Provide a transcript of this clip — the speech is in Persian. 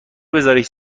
بزارش